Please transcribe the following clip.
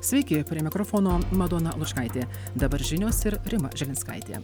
sveiki prie mikrofono madona lučkaitė dabar žinios ir rima žilinskaitė